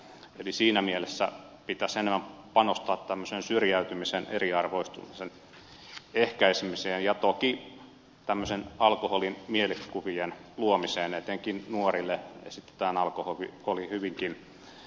eli siinä mielessä pitäisi enemmän panostaa tämmöisen syrjäytymisen eriarvoistumisen ehkäisemiseen ja toki tämmöiseen alkoholin mielikuvien luomiseen etenkin nuorille esitetään alkoholi hyvinkin myönteisessä merkityksessä